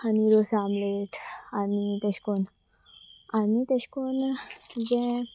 आनी रोस आमलेट आनी तशें करून आनी तशें करून जें